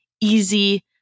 easy